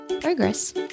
progress